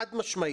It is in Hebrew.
חד משמעית,